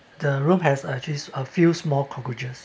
the room has actually a few small cockroaches